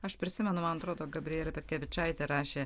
aš prisimenu man atrodo gabrielė petkevičaitė rašė